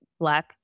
Black